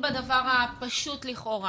בדבר הפשוט לכאורה